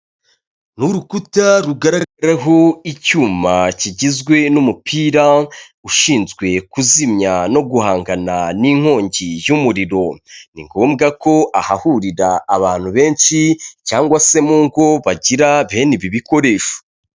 Ni urukuta rugaragaraho icyuma kigizwe n'umupira ushinzwe kuzimya no guhangana n'inkongi y'umuriro. Ni ngombwa ko ahahurira abantu benshi cyangwa se mu ngo, bagira bene ibi bikoresho.